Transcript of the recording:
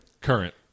Current